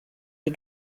die